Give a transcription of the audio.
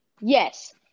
Yes